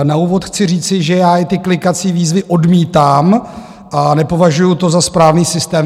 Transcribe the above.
Na úvod chci říci, že já i ty klikací výzvy odmítám a nepovažuju to za správný systém.